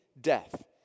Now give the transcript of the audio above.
death